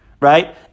right